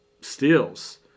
steals